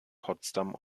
potsdam